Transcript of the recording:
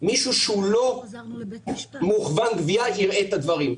מישהו שהוא לא מוכוון גבייה יראה את הדברים,